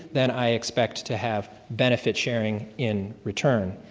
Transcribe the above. then i expect to have benefit sharing in return.